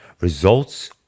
Results